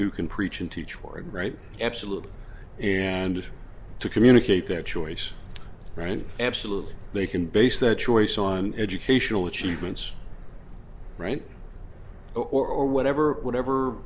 who can preach and teach for it right absolutely and to communicate their choice right and absolutely they can base that choice on educational achievements right or whatever whatever